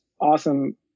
awesome